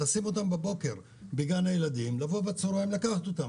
לשים אותם בבוקר בגן הילדים ולבוא בצוהריים לקחת אותם,